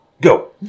Go